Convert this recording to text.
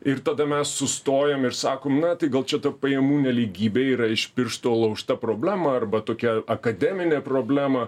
ir tada mes sustojam ir sakom na tai gal čia tų pajamų nelygybė yra iš piršto laužta problema arba tokia akademinė problema